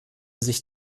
sich